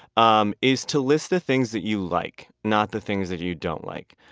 um is to list the things that you like. not the things that you don't like.